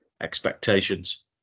expectations